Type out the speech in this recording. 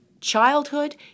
childhood